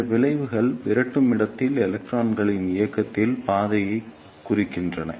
இந்த வளைவுகள் விரட்டும் இடத்தில் எலக்ட்ரான்களின் இயக்கத்தின் பாதையை குறிக்கின்றன